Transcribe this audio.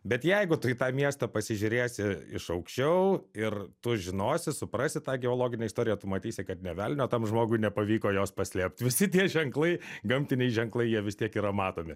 bet jeigu tu į tą miestą pasižiūrėsi iš aukščiau ir tu žinosi suprasi tą geologinę istoriją tu matysi kad nė velnio tam žmogui nepavyko jos paslėpt visi tie ženklai gamtiniai ženklai jie vis tiek yra matomi